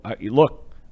look